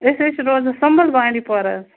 أسۍ حظ چھِ روزان سُمبَل بانٛڈی پورہ حظ